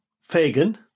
Fagan